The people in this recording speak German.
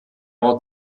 ort